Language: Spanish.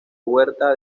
huerta